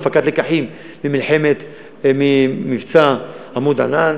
הפקת לקחים ממבצע "עמוד ענן",